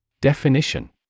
Definition